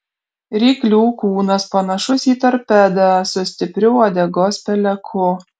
ryklių kūnas panašus į torpedą su stipriu uodegos peleku